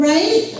Right